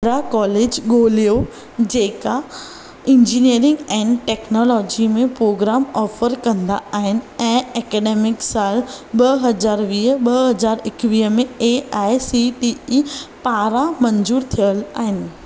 अहिड़ा कॉलेज ॻोल्हियो जेका इंजीनियरिंग ऐंड टैक्नोलॉजी में पोग्राम ऑफ़र कंदा आहिनि ऐं ऐकडेमिक साल ॿ हज़ार वीह ॿ हज़ार इकवीह में A I C T E पारां मंजूरु थियल आहिनि